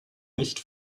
nicht